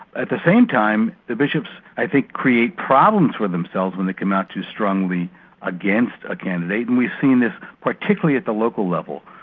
at the same time, the bishops, i think, create problems for themselves when they come out too strongly against a candidate and we've seen this particularly at the local level.